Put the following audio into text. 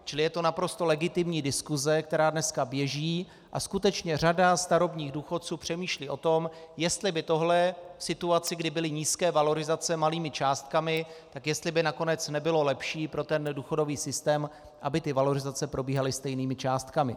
Čili je to naprosto legitimní diskuse, která dnes běží, a skutečně řada starobních důchodců přemýšlí o tom, jestli by tohle v situaci, kdy byly nízké valorizace malými částkami, tak jestli by nakonec nebylo lepší pro důchodový systém, aby valorizace probíhaly stejnými částkami.